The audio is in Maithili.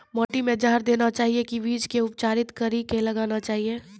माटी मे जहर देना चाहिए की बीज के उपचारित कड़ी के लगाना चाहिए?